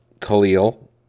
Khalil